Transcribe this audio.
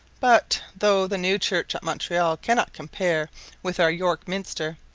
but, though the new church at montreal cannot compare with our york minster,